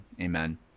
amen